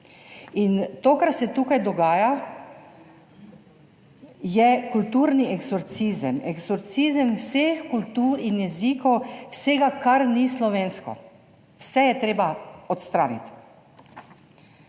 To, kar se tukaj dogaja, je kulturni eksorcizem, eksorcizem vseh kultur in jezikov, vsega, kar ni slovensko, da je treba vse odstraniti.